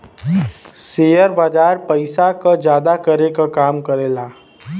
share बाजार पइसा क जादा करे क काम करेला